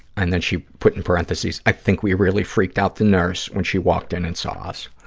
and then she put in parentheses, i think we really freaked out the nurse when she walked in and saw us.